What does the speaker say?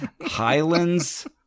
Highlands